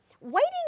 Waiting